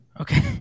Okay